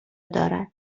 دارد